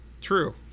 True